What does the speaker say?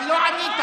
אבל לא ענית.